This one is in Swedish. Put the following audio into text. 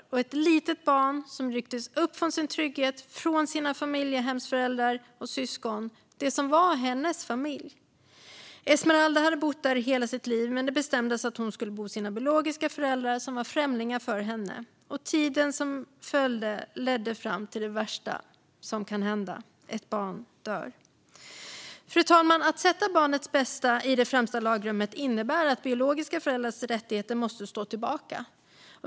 Hon var ett litet barn som rycktes upp från sin trygghet och sina familjehemsföräldrar och syskon - det som var hennes familj. Esmeralda hade bott där hela sitt liv, men det bestämdes att hon skulle bo hos sina biologiska föräldrar som var främlingar för henne. Och tiden som följde ledde fram till det värsta som kan hända: att ett barn dör. Fru talman! Att sätta barnets bästa i det främsta lagrummet innebär att biologiska föräldrars rättigheter måste stå tillbaka.